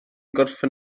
gorffen